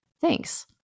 Thanks